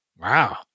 Wow